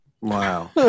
wow